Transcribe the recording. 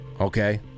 Okay